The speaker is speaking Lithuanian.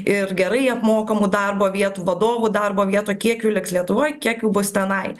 ir gerai apmokamų darbo vietų vadovų darbo vietų kiek jų liks lietuvoj kiek jų bus tenai